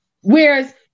Whereas